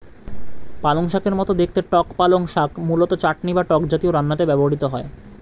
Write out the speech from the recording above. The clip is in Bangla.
পালংশাকের মতো দেখতে টক পালং শাক মূলত চাটনি বা টক জাতীয় রান্নাতে ব্যবহৃত হয়